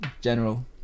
General